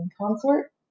consort